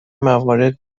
موارد